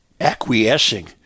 acquiescing